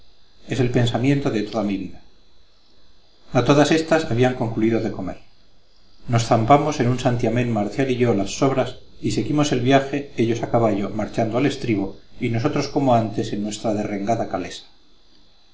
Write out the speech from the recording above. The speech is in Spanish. es el pensamiento de toda mi vida a todas éstas habían concluido de comer nos zampamos en un santiamén marcial y yo las sobras y seguimos el viaje ellos a caballo marchando al estribo y nosotros como antes en nuestra derrengada calesa